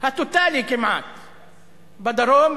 הטוטלי כמעט בדרום,